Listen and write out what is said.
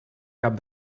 cap